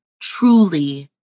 truly